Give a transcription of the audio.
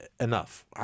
enough